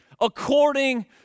according